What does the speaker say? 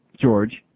George